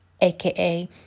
aka